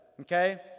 Okay